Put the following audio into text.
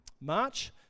March